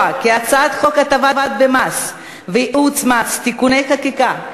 כי הצעת חוק הטבות במס וייעוץ מס (תיקוני חקיקה),